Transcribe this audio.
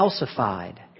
calcified